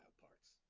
parts